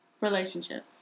relationships